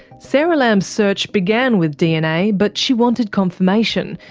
sara lamm's search began with dna, but she wanted confirmation,